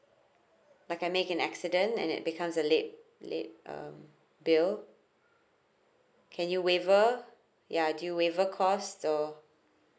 like I met an accident and it becomes a late late um bill can you waiver ya do you waiver cost or